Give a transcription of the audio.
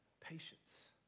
patience